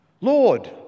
Lord